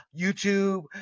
YouTube